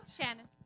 Shannon